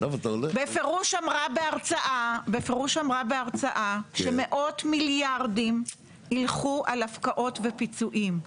בפירוש אמרה בהרצאה שמאות מיליארדים ילכו על הפקעות ופיצויים.